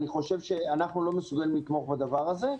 אני חושב שאנחנו לא מסוגלים לתמוך בדבר הזה.